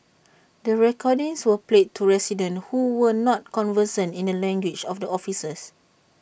the recordings were played to residents who were not conversant in the language of the officers